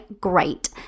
great